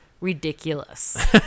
ridiculous